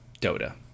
Dota